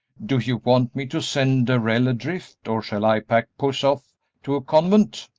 do you want me to send darrell adrift, or shall i pack puss off to a convent?